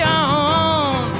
on